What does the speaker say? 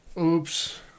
oops